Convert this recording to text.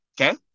okay